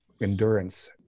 endurance